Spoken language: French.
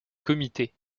comité